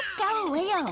galileo?